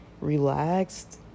relaxed